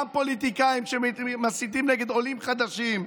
גם פוליטיקאים שמסיתים נגד עולים חדשים.